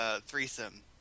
threesome